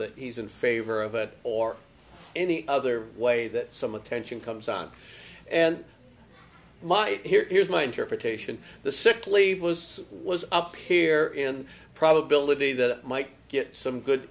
that he's in favor of it or any other way that some attention comes on and might here is my interpretation the sickleave was was up here in probability that might get some good